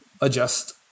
adjust